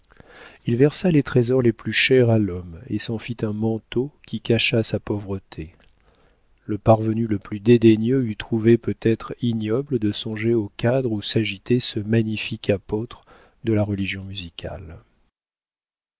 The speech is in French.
il versa les trésors les plus chers à l'homme et s'en fit un manteau qui cacha sa pauvreté le parvenu le plus dédaigneux eût trouvé peut-être ignoble de songer au cadre où s'agitait ce magnifique apôtre de la religion musicale